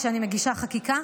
כשאני מגישה חקיקה,